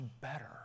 better